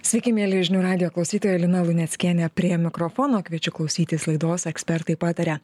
sveiki mieli žinių radijo klausytojai lina luneckienė prie mikrofono kviečiu klausytis laidos ekspertai pataria